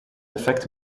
effect